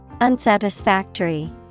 Unsatisfactory